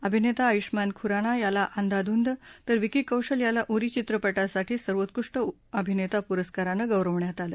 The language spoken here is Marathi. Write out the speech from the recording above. अभिनेता आयृष्यमान खुराना याला अंधाधुन तर विकी कौशल याला उरी चित्रपटासाठी सर्वोत्कृष्ट अभिनेता पुरस्कारानं गौरवण्यात आलं